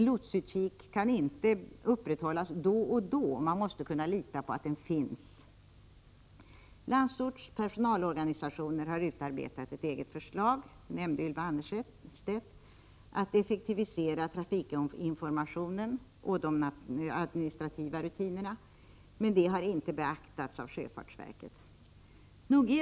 En lotsutkik kan inte upprätthållas då och då, man måste kunna lita på att den finns. Landsorts personalorganisation har utarbetat ett eget förslag, vilket Ylva Annerstedt nämnde, i syfte att effektivisera trafikinformationen och de administrativa rutinerna, men detta har inte beaktats av sjöfartsverket.